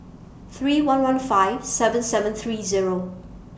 three one one five seven seven three Zero